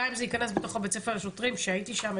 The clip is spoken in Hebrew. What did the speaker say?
גם אם זה יכנס בתוך בית הספר לשוטרים שהייתי שם,